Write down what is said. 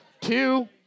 Two